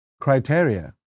criteria